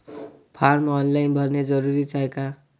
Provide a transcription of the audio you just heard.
Form online भरने जरुरीचे हाय का?